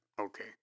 Okay